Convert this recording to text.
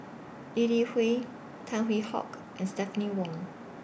Lee Li Hui Tan Hwee Hock and Stephanie Wong